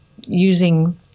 using